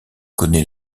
connaît